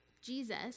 Jesus